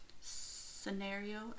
scenario